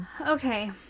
Okay